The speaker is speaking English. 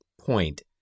point